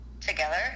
together